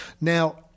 now